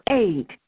eight